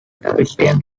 christian